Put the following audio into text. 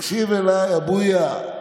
תקשיב לי, אבויה.